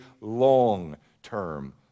long-term